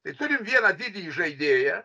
tai turim vieną didįjį žaidėją